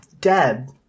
dead